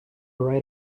right